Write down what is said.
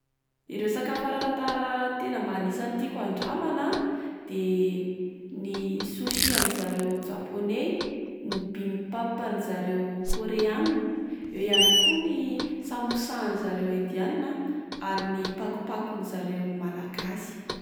Ireo sakafo ara-tantara tena mba anisan'ny tiako andramana a de: ny sushi an'zareo Japonay, ny bimbap an'zareo Koreana, eo ihany koa ny samosa an'zareo Indianina a, ary ny pakopakon'zareo Malagasy.